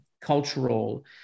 cultural